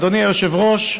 אדוני היושב-ראש,